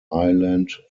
ireland